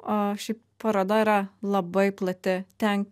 o šiaip paroda yra labai plati ten